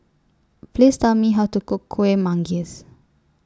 Please Tell Me How to Cook Kueh Manggis